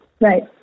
Right